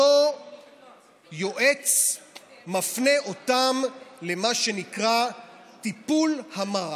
אותו יועץ מפנה אותם למה שנקרא טיפול המרה.